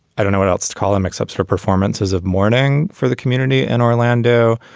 i don't know what else to call them, except for performances of mourning for the community in orlando.